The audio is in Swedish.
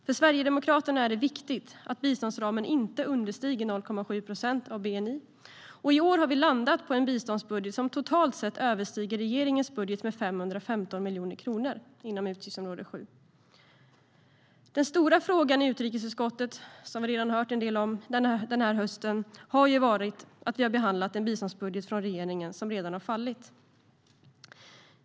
För Sverigedemokraterna är det viktigt att biståndsramen inte understiger 0,7 procent av bni, och i år har vi landat på en biståndsbudget som totalt sett överstiger regeringens budget med 515 miljoner kronor inom utgiftsområde 7. Den stora frågan i utrikesutskottet, som vi redan har hört en del om denna höst, har varit att vi har behandlat en biståndsbudget från regeringen som redan har fallit.